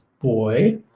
boy